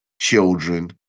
children